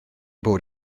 bod